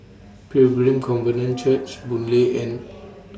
Pilgrim Covenant Church Boon Lay and